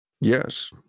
Yes